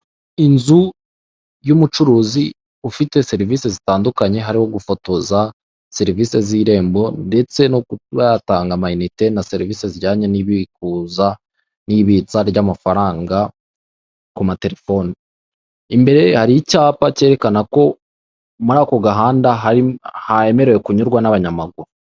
Inzu y'umucuruzi, ufite serivise zitandukanye; hariho gufotoza, serivise z'irembo, ndetse no kuba yatanga amayinite na serivise zijyanye n'ibikuza, n'ibitsa ry'amafanga ku matelefone. Imbere hari icyapa kerekana ko muri ako gahanda hemerewe kunyurwa n'abanyamaguru.